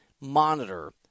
monitor